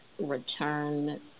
return